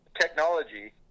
technology